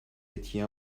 étiez